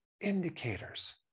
indicators